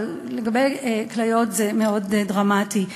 אבל לגבי כליות זה מאוד דרמטי.